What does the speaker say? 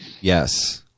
Yes